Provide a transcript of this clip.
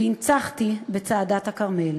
והנצחתי בצעדת הכרמל.